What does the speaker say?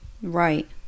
Right